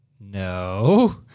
No